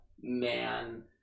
man